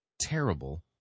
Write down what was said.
terrible